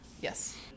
Yes